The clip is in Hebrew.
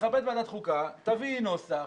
תתכבד ועדת חוקה, תביא נוסח,